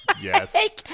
Yes